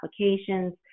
applications